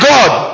God